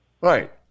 Right